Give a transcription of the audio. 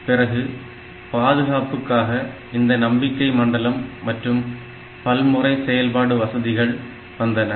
பிறகு பாதுகாப்புக்காக இந்த நம்பிக்கை மண்டலம் மற்றும் பல்முறைசெயல்பாடு வசதிகள் வந்தன